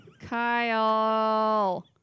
kyle